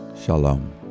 Shalom